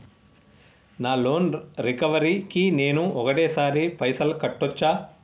నా loan recovery కి నేను ఒకటేసరి పైసల్ కట్టొచ్చా?